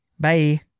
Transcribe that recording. Bye